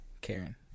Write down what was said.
Karen